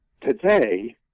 today